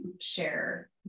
share